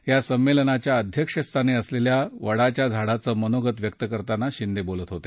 या संमेलनाच्या अध्यक्षस्थानी असलेल्या वडाच्या झाडाचं मनोगत व्यक्त करताना शिंदे बोलत होते